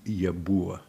jie buvo